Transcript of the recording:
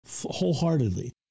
wholeheartedly